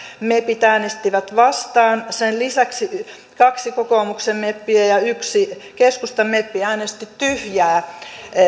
mepit äänestivät vastaan sen lisäksi kaksi kokoomuksen meppiä ja yksi keskustan meppi äänesti tyhjää